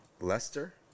Leicester